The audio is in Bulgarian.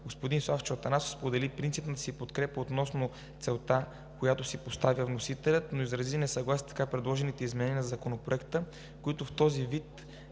Господин Славчо Атанасов сподели принципната си подкрепа относно целта, която си поставя вносителят, но изрази несъгласие с така предложените изменения на Законопроекта, които в този вид